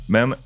Men